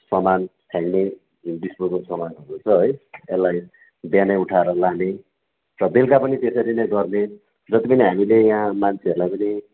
सामान फ्याँक्ने डिस्पोजल सामानहरू छ है यसलाई बिहानै उठएर लाने र बेलुकी पनि त्यसरी नै गर्ने जतिपनि हामीले यहाँ मान्छेहरूलाई पनि